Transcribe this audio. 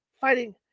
fighting